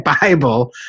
Bible